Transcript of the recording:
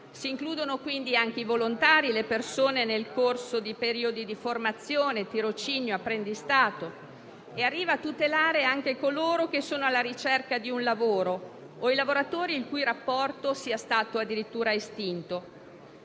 Si includono, quindi, anche i volontari, le persone nel corso di periodi di formazione, tirocinio e apprendistato, e arriva a tutelare anche coloro che sono alla ricerca di un lavoro o i lavoratori il cui rapporto sia stato addirittura estinto.